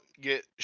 get